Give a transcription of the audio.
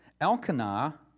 Elkanah